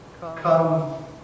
come